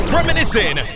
Reminiscing